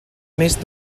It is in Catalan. més